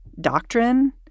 doctrine